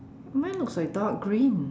mine looks like dark green